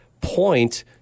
point